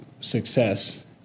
success